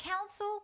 council